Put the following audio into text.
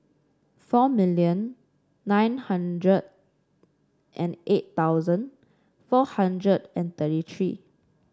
four million nine hundred and eight thousand four hundred and thirty three